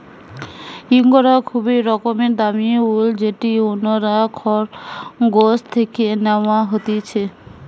ইঙ্গরা খুবই রকমের দামি উল যেটি অন্যরা খরগোশ থেকে ন্যাওয়া হতিছে